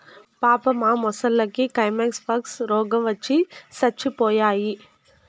పాపం ఆ మొసల్లకి కైమస్ పాక్స్ రోగవచ్చి సచ్చిపోయాయి